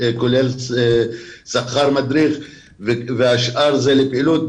כולל שכר מדריך והשאר הוא לפעילות.